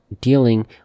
dealing